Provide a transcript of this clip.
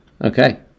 Okay